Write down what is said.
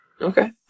Okay